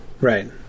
Right